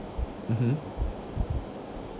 mmhmm